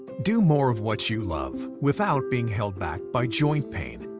do more of what you love. without being held back by joint pain.